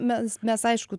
mes mes aišku